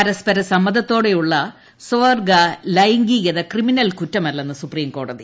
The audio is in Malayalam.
പരസ്പര സമ്മതത്തോടെയുള്ള സ്വർഗ്ഗു ലൈംഗികത ക്രിമിനൽ കുറ്റമല്ലെന്ന് സുപ്രീം കോടതി